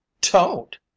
Don't